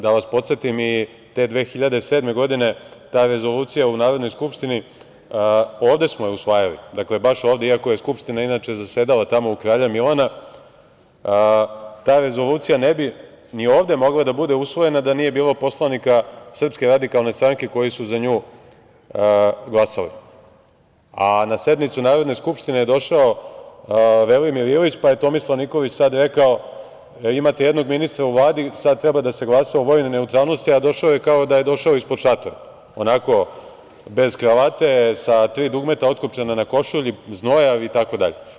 Da vas podsetim, te 2007. godine ta rezolucija u Narodnoj skupštini, ovde smo je usvajali, baš ovde, iako je Skupština inače zasedala tamo u Kralja Milana, ta rezolucija ne bi ni ovde mogla da bude usvojena da nije bilo poslanika SRS koji su za nju glasali, a na sednicu Narodne skupštine je došao Velimir Ilić, pa je Tomislav Nikolić tada rekao - imate jednog ministra u Vladi, sada treba da se glasa o vojnoj neutralnosti, a došao je kao da je došao ispod šatora, onako, bez kravate, sa tri dugmeta otkopčana na košulji, znojav, itd.